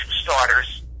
starters